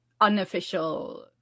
unofficial